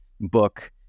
book